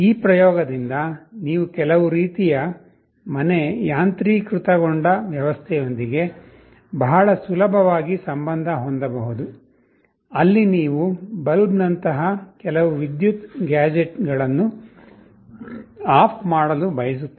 ಈ ಪ್ರಯೋಗದಿಂದ ನೀವು ಕೆಲವು ರೀತಿಯ ಮನೆ ಯಾಂತ್ರೀಕೃತಗೊಂಡ ವ್ಯವಸ್ಥೆಯೊಂದಿಗೆ ಬಹಳ ಸುಲಭವಾಗಿ ಸಂಬಂಧ ಹೊಂದಬಹುದು ಅಲ್ಲಿ ನೀವು ಬಲ್ಬ್ನಂತಹ ಕೆಲವು ವಿದ್ಯುತ್ ಗ್ಯಾಜೆಟ್ ಗಳನ್ನು ಆಫ್ ಮಾಡಲು ಬಯಸುತ್ತೀರಿ